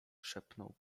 szepnął